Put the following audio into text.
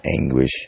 anguish